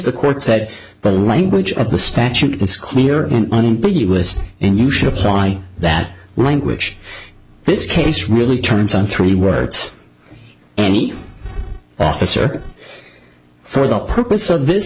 the court said but the language of the statute was clear and unambiguous and you should apply that language this case really turns on three words any officer for the purpose of this